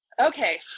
Okay